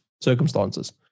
circumstances